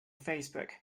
facebook